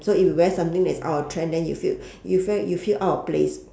so if you wear something that is out of trend then you feel you feel you feel out of place